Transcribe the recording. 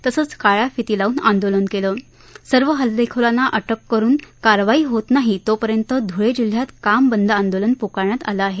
तसंच काळ्या फिती लावून आंदोलन केलं सर्व हल्लेखोरांना अटक करुन कारवाई होत नाही तोपर्यंत ध्ळे जिल्ह्यात कामबंद आंदोलन प्कारण्यात आलं आहे